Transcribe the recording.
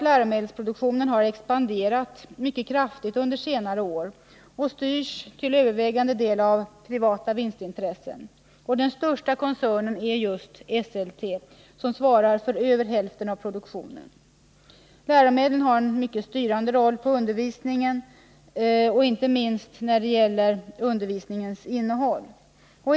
Läromedelsproduktionen har expanderat mycket kraftigt under senare år, och den styrs till övervägande del av privata vinstintressen. Den största koncernen är just Esselte, som svarar för över hälften av produktionen. Lärömedlen har en styrande roll i undervisningen, inte minst när det gäller undervisningens innehåll.